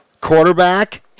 Quarterback